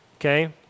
Okay